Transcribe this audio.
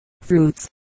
fruits